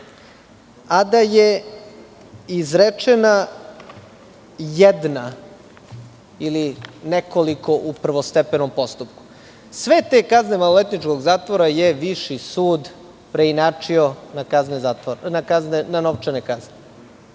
a da je izrečena jedna ili nekoliko u prvostepenom postupku. Sve te kazne maloletničkog zatvora je Viši sud preinačio na novčane kazne.